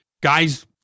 guys